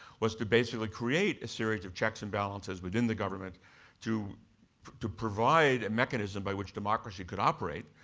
was to basically create a series of checks and balances within the government to to provide a mechanism by which democracy could operate.